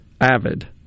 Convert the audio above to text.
avid